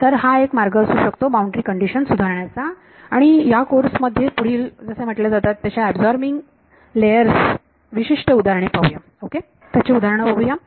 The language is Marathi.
तर हा एक मार्ग असू शकतो बाउंड्री कंडिशन सुधारण्याचा आणि या कोर्स मध्ये पुढील जसे म्हटले जातात तशा शोषक थरांची विशिष्ट उदाहरणे पाहू ओके